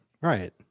Right